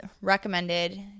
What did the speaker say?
recommended